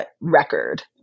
record